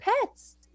pets